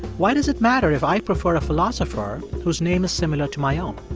why does it matter if i prefer a philosopher whose name is similar to my own?